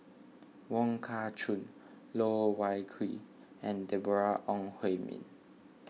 Wong Kah Chun Loh Wai Kiew and Deborah Ong Hui Min